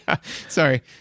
sorry